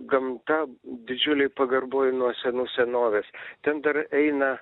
gamta didžiulėj pagarboj nuo senų senovės ten dar eina